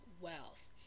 wealth